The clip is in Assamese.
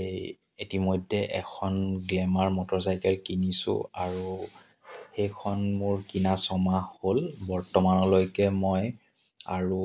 এই ইতিমধ্যে এখন গ্লেমাৰ মটৰচাইকেল কিনিছোঁ আৰু সেইখন মোৰ কিনা ছমাহ হ'ল বৰ্তমানলৈকে মই আৰু